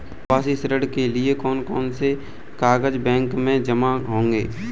आवासीय ऋण के लिए कौन कौन से कागज बैंक में जमा होंगे?